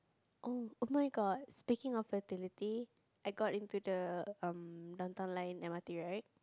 oh oh-my-god speaking of fertility I got into the um Downtown Line M_R_T right